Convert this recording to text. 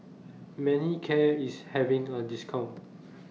Manicare IS having A discount